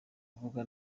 uvuga